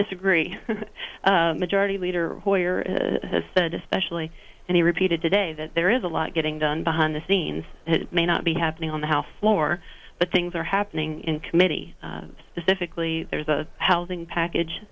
disagree majority leader hoyer has said especially and he repeated today that there is a lot getting done behind the scenes it may not be happening on the house floor but things are happening in committee specifically there is a housing package